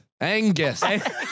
Angus